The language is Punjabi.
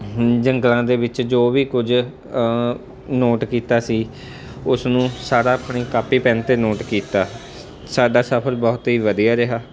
ਜੰਗਲਾਂ ਦੇ ਵਿੱਚ ਜੋ ਵੀ ਕੁਝ ਨੋਟ ਕੀਤਾ ਸੀ ਉਸ ਨੂੰ ਸਾਰਾ ਆਪਣੀ ਕਾਪੀ ਪੈਨ 'ਤੇ ਨੋਟ ਕੀਤਾ ਸਾਡਾ ਸਫਰ ਬਹੁਤ ਹੀ ਵਧੀਆ ਰਿਹਾ